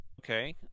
Okay